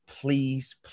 Please